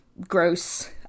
gross